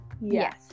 yes